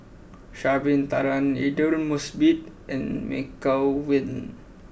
Sha'ari bin Tadin Aidli Mosbit and Michelle Lim